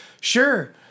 sure